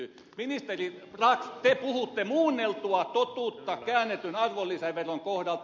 ministeri brax te puhutte muunneltua totuutta käännetyn arvonlisäveron kohdalta